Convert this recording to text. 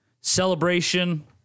celebration